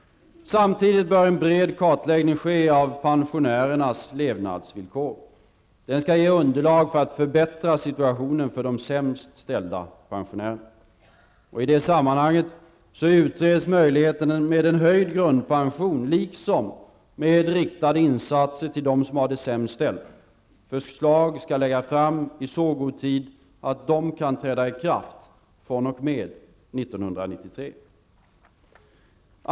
Samtidigt bör en bred kartläggning ske av pensionärernas levnadsvillkor. Den skall ge underlag för arbetet med att förbättra situationen för de sämst ställda pensionärerna. I det sammanhanget utreds möjligheterna med en höjd grundpension liksom med riktade insatser till dem som har det sämst ställt. Förslag skall läggas fram i så god tid att de kan vara i kraft fr.o.m. 1993.